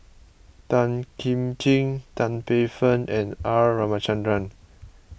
Tan Kim Ching Tan Paey Fern and R Ramachandran